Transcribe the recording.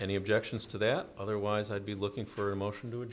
any objections to that otherwise i'd be looking for a motion to